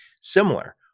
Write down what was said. similar